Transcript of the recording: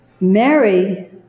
Mary